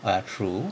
ah true